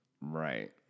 Right